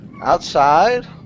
outside